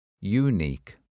Unique